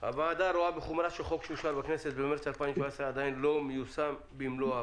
הוועדה רואה בחומרה שחוק שאושר בכנסת במרץ 2017 עדיין לא מיושם במלואו.